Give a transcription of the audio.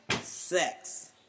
sex